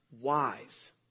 wise